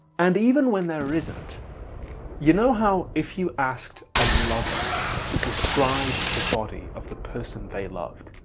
and even when there isn't you know how if you asked a lover to describe the body of the person they loved